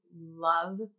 love